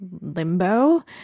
limbo